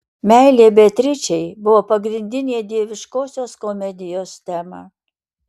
meilė beatričei buvo pagrindinė dieviškosios komedijos tema